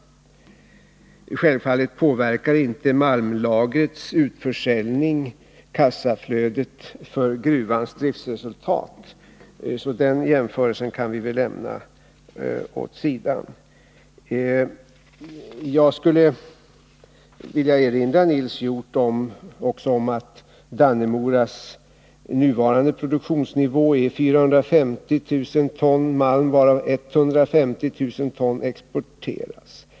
Självfallet påverkar inte malmlagrets utförsäljning kassaflödet för gruvans driftsresultat, så den jämförelsen kan vi lämna därhän. Jag skulle vilja erinra Nils Hjorth om att Dannemoras nuvarande produktionsnivå är 450 000 ton malm, varav 150 000 ton exporteras.